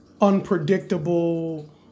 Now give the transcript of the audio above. unpredictable